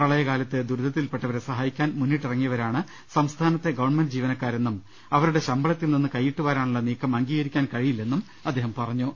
പ്രളയകാലത്ത് ദുരിതത്തിൽപ്പെട്ട വരെ സഹായിക്കാൻ മുന്നിട്ടിറങ്ങിയവരാണ് സംസ്ഥാനത്തെ ഗവൺമെന്റ് ജീവനക്കാരെന്നും അവരുടെ ശമ്പളത്തിൽ കൈയ്യിട്ടുവാരാനുള്ള നീക്കം അംഗീകരിക്കാൻ കഴിയില്ലെന്നും അദ്ദേഹം പറഞ്ഞു